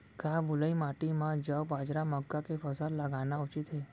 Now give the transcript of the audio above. का बलुई माटी म जौ, बाजरा, मक्का के फसल लगाना उचित हे?